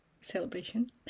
celebration